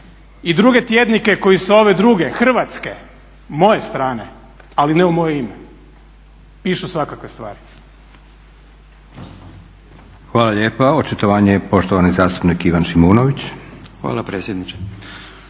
i druge tjednike koji sa ove druge hrvatske, moje strane, ali ne u moje ime pišu svakakve stvari.